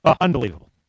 Unbelievable